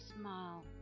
smile